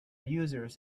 users